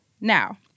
Now